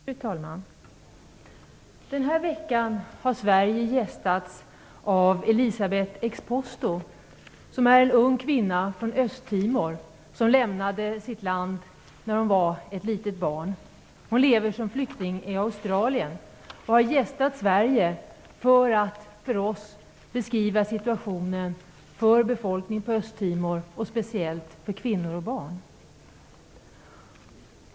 Fru talman! Den här veckan har Sverige gästats av Östtimor. Hon lämnade sitt land när hon var ett litet barn och lever som flykting i Australien. Hon har gästat Sverige för att för oss beskriva situationen för befolkningen på Östtimor, speciellt kvinnor och barn.